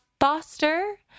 Foster